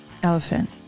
Elephant